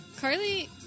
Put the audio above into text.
Carly